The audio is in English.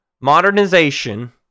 modernization